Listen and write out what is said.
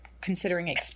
considering